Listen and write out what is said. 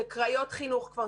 זה קריות חינוך כבר,